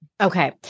Okay